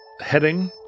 heading